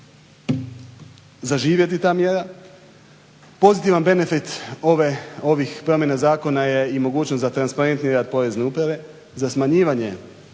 zaživjeti ta mjera. Pozitivan benefit ovih promjena zakona je i mogućnost za transparentni rad Porezne uprave, za smanjivanje